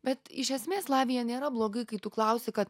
bet iš esmės latvija nėra blogai kai tu klausi kad